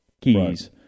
Keys